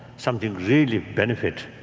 something really benefit,